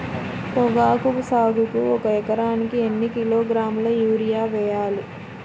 పొగాకు సాగుకు ఒక ఎకరానికి ఎన్ని కిలోగ్రాముల యూరియా వేయాలి?